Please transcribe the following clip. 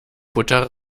butter